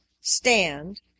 stand